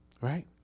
Right